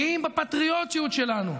גאים בפטריוטיות שלנו,